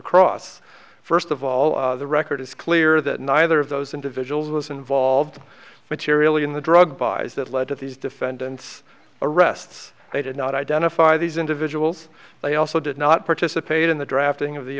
process first of all the record is clear that neither of those individuals was involved materially in the drug buys that led to these defendants arrests they did not identify these individuals they also did not participate in the drafting of the